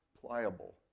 pliable